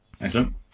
excellent